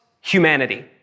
humanity